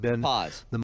Pause